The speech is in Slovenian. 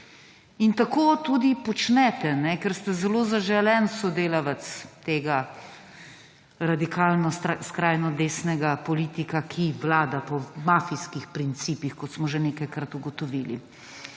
Tako tudi počnete, ker ste zelo zaželen sodelavec tega radikalno skrajno desnega politika, ki vlada po mafijskih principih, kot smo že nekajkrat ugotovili.